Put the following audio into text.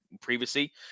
previously